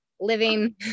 living